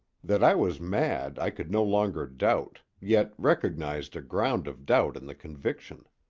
that i was mad i could no longer doubt, yet recognized a ground of doubt in the conviction.